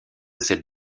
cette